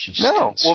No